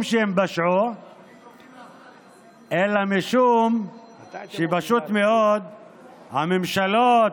שהם פשעו אלא משום שפשוט מאוד הממשלות